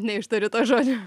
neištariu to žodžio